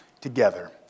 together